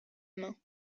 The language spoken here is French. main